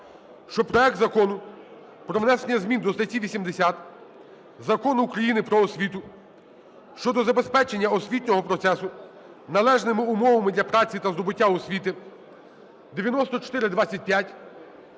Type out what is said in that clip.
що проект Закону про внесення змін до статті 80 Закону України "Про освіту" щодо забезпечення освітнього процесу належними умовами для праці та здобуття освіти (9425),